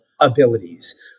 abilities